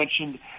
mentioned